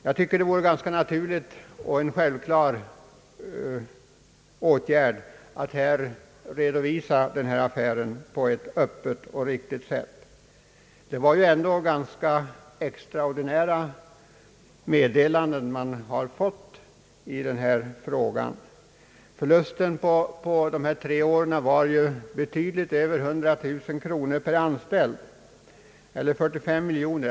Jag tycker att det vore en självklar åtgärd att redovisa denna affär på ett öppet och riktigt sätt. Det är ju ändå ganska extraordinära meddelanden man har fått i frågan. Förlusten på dessa tre år var betydligt över 100 000 kronor per anställd eller 45 miljoner.